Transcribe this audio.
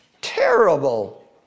terrible